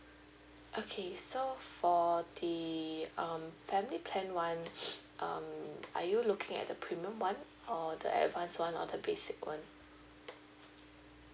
okay so for the um family plan [one] um are you looking at the premium [one] or the advance [one] or the basic [one]